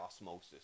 osmosis